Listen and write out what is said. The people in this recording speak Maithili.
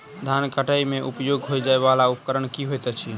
धान कटाई मे उपयोग होयवला उपकरण केँ होइत अछि?